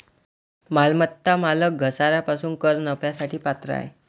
मालमत्ता मालक घसारा पासून कर नफ्यासाठी पात्र आहे